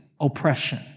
oppression